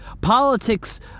Politics